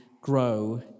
grow